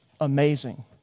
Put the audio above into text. amazing